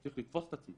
אני צריך לתפוס את עצמי